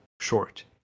short